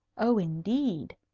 oh, indeed,